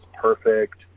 perfect